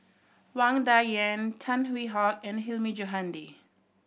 Wang Dayuan Tan Hwee Hock and Hilmi Johandi